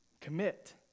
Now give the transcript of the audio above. Commit